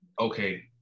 okay